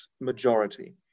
majority